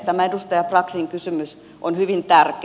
tämä edustaja braxin kysymys on hyvin tärkeä